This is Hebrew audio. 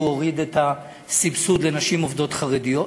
הוריד את הסבסוד לנשים עובדות חרדיות,